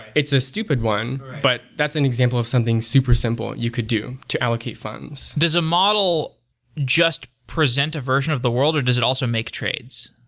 it's a stupid one, but that's an example of something super simple you could do to allocate funds. does a model just present a version of the world, or does it also make trades?